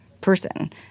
person